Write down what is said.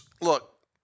look